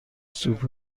سوپ